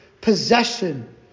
possession